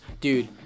dude